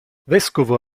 vescovo